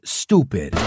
stupid